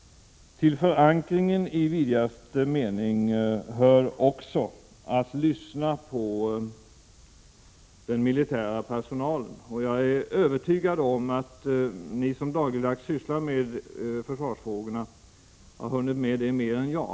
Till förankring i vidaste mening hör också att lyssna på den militära personalen. Jag är övertygad om att ni som dagligdags sysslar med försvarsfrågorna har hunnit med det mer än jag.